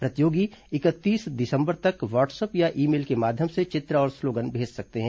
प्रतियोगी इकतीस दिसंबर तक व्हाट्सअप या ई मेल के माध्यम से चित्र और स्लोगन भेज सकते हैं